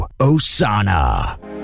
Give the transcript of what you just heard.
Osana